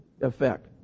effect